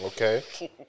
Okay